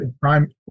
Prime